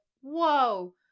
whoa